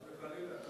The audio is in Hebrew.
חס וחלילה.